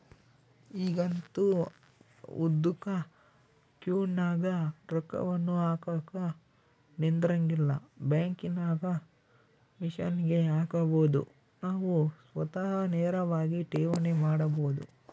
ಈಗಂತೂ ಉದ್ದುಕ ಕ್ಯೂನಗ ರೊಕ್ಕವನ್ನು ಹಾಕಕ ನಿಂದ್ರಂಗಿಲ್ಲ, ಬ್ಯಾಂಕಿನಾಗ ಮಿಷನ್ಗೆ ಹಾಕಬೊದು ನಾವು ಸ್ವತಃ ನೇರವಾಗಿ ಠೇವಣಿ ಮಾಡಬೊದು